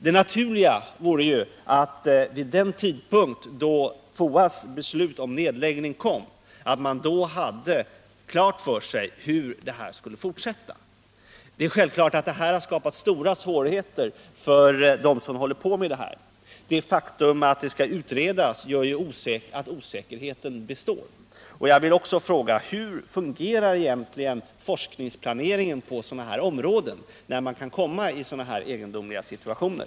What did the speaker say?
Det naturliga hade ju varit att man vid den tidpunkt då FOA:s beslut om nedläggningen fattades hade haft klart för sig hur verksamheten skulle fortsätta. Det är självklart att nedläggningen har skapat stora svårigheter för dem som håller på med denna verksamhet. Det faktum att saken skall utredas gör att osäkerheten består. Jag vill också fråga: Hur fungerar egentligen forskningsplaneringen på dessa områden, när man kan komma i sådana här egendomliga situationer?